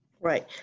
right